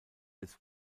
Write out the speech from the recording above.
des